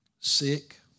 sick